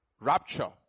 rapture